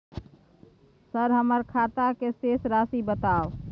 Sir हमर खाता के शेस राशि बताउ?